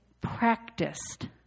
practiced